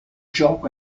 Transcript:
gioco